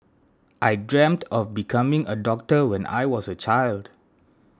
I dreamt of becoming a doctor when I was a child